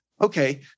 Okay